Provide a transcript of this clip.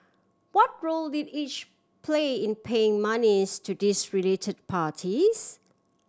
what role did each play in paying monies to these related parties